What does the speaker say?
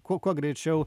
kuo kuo greičiau